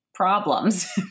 problems